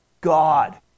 God